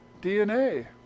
DNA